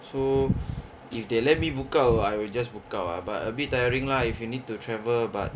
so if they let me book out I will just book out lah but a bit tiring lah if you need to travel but